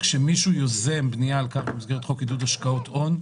שכאשר מישהו יוזם בנייה במסגרת חוק עידוד השקעות הון,